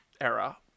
era